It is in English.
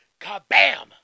kabam